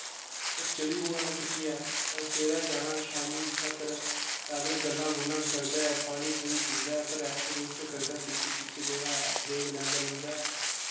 ते चली पौना चुक्कियै ते सवेरे जाना शाम्मीं तकर पैदल गल्लां गुल्लां करदे पानी पूनी पींदे ते रैस्ट रुस्ट करदे बिच्च बिच्च जगह् ब्रेक लैंदे लूंदे